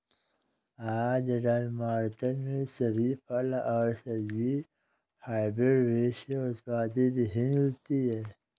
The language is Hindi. आजकल मार्केट में सभी फल और सब्जी हायब्रिड बीज से उत्पादित ही मिलती है